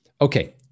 Okay